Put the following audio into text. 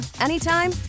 anytime